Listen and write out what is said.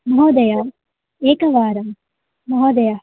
महोदय एकवारं महोदय